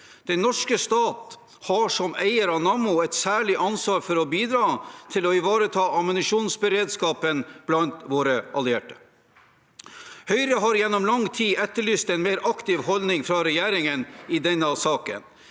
Den norske stat har som eier av Nammo et særlig ansvar for å bidra til å ivareta ammunisjonsberedskapen blant våre allierte. Høyre har gjennom lang tid etterlyst en mer aktiv holdning fra regjeringen i denne saken.